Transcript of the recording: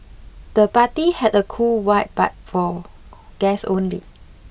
the party had a cool vibe but for guests only